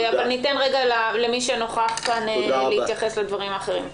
אבל קודם ניתן למי שנוכח כאן להתייחס לדברים האחרים.